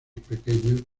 pequeños